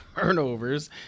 turnovers